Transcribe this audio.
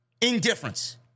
Indifference